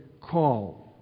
call